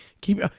Keep